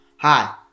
Hi